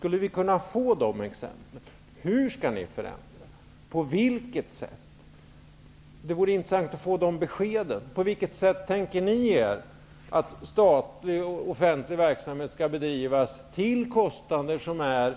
Därför undrar jag om vi kunde få del av dessa exempel. Hur skall ni alltså förändra? På vilket sätt skall förändringen ske? Det vore intressant att få besked om hur ni tänker er att statlig, offentlig, verksamhet skall bedrivas till en kostnad,